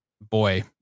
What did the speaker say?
boy